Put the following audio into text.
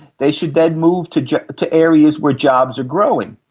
they should then move to to areas where jobs are growing.